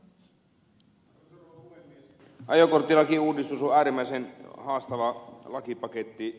ajokorttilakouudistus on äärimmäisen haastava lakipaketti